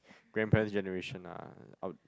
grandparents generation ah I would